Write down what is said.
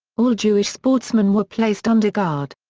all jewish sportsmen were placed under guard.